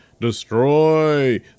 destroy